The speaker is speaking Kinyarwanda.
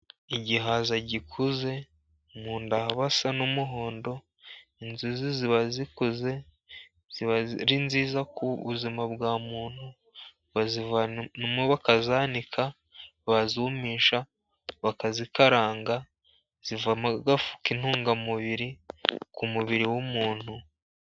Igihaza gikuze, mu nda haba hasa n'umuhondo. Inzuzi ziba zikuze ziba ari nziza ku buzima bwa muntu. bazivanamo bakazanika, bazumisha bakazikaranga. Zivamo agafu k'intungamubiri ku mubiri w'umuntu.